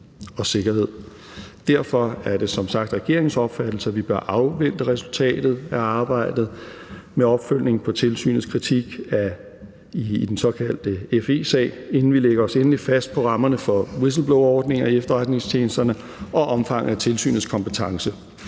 og sikkerhed. Derfor er det som sagt regeringens opfattelse, at vi bør afvente resultatet af arbejdet med opfølgning på tilsynets kritik i den såkaldte FE-sag, inden vi lægger os endeligt fast på rammerne for whistlebloverordninger i efterretningstjenesterne og omfanget af tilsynets kompetence.